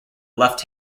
left